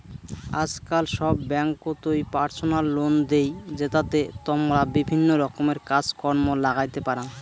আজকাল সব ব্যাঙ্ককোতই পার্সোনাল লোন দেই, জেতাতে তমরা বিভিন্ন রকমের কাজ কর্ম লাগাইতে পারাং